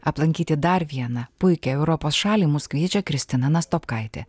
aplankyti dar vieną puikią europos šalį mus kviečia kristina nastopkaitė